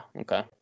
okay